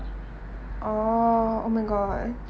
oh oh my god